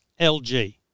LG